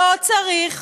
לא צריך